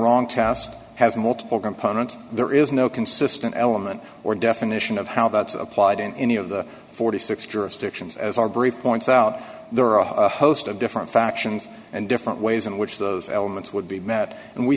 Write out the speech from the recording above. wrong task has multiple components there is no consistent element or definition of how about applied in any of the forty six dollars jurisdictions as our brief points out there are a host of different factions and different ways in which those elements would be met and we